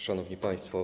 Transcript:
Szanowni Państwo!